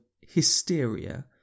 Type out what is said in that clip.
hysteria